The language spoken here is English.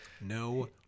No